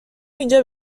اینجا